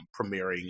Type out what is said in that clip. premiering